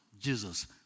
Jesus